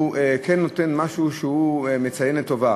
משהו שהוא מציין לטובה,